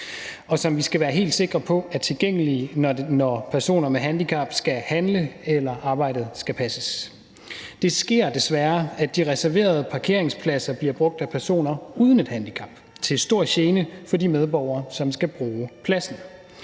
og som vi skal være helt sikre på er tilgængelige, når personer med handicap skal handle, eller når arbejdet skal passes. Det sker desværre, at de reserverede parkeringspladser bliver brugt af personer uden et handicap til stor gene for de medborgere, som skal bruge pladsen.